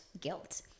guilt